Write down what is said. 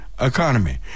economy